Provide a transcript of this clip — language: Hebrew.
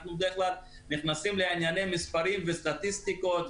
אנחנו בדרך כלל נכנסים לענייני מספרים וסטטיסטיקות,